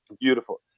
Beautiful